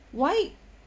why